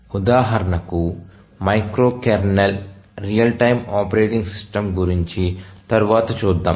ఉదాహరణకు micro kernel real time operating system గురించి తరువాత చూద్దాం